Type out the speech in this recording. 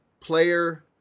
player